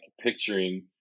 picturing